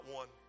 one